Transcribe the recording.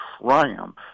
triumph